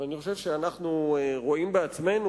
אך אני חושב שאנו רואים בעצמנו,